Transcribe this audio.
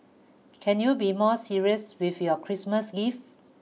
can you be more serious with your Christmas gifts